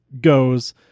goes